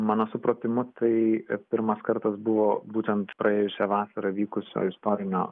mano supratimu tai pirmas kartas buvo būtent praėjusią vasarą vykusio istorinio